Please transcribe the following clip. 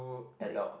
big